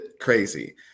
Crazy